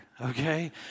Okay